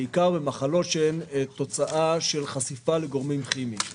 בעיקר במחלות שהן תוצאה של חשיפה לגורמים כימיים.